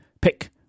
pick